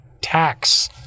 tax